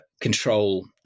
control